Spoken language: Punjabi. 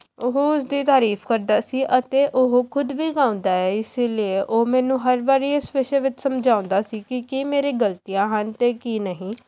ਉਹ ਉਸਦੀ ਤਾਰੀਫ਼ ਕਰਦਾ ਸੀ ਅਤੇ ਉਹ ਖੁਦ ਵੀ ਗਾਉਂਦਾ ਹੈ ਇਸ ਲਈ ਉਹ ਮੈਨੂੰ ਹਰ ਵਾਰੀ ਇਸ ਵਿਸ਼ੇ ਵਿੱਚ ਸਮਝਾਉਂਦਾ ਸੀ ਕਿ ਕੀ ਮੇਰੀ ਗਲਤੀਆਂ ਹਨ ਅਤੇ ਕੀ ਨਹੀਂ